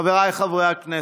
חבריי חברי הכנסת,